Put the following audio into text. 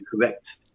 correct